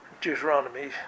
Deuteronomy